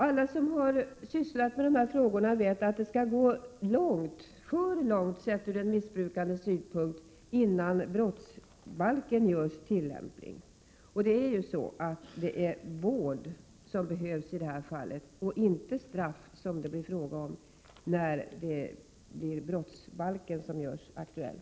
Alla som har sysslat med dessa frågor vet att det skall gå långt — för långt, sett ur den missbrukandes synpunkt — innan brottsbalken görs tillämplig. Det är vård som behövs i det här fallet — och inte straff, som det blir fråga om när brottsbalken görs aktuell.